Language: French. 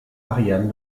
ariane